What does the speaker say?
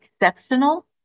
exceptional